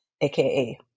AKA